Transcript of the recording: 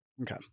Okay